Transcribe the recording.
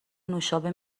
نوشابه